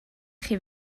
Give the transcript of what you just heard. chi